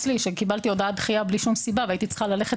שקיבלתי הודעת דחייה בלי שום סיבה והייתי צריכה ללכת